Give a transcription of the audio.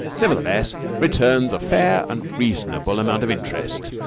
nevertheless returns a fair and reasonable amount of interest.